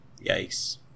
Yikes